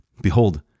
Behold